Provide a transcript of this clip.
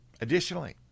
additionally